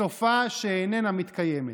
סופה שאיננה מתקיימת.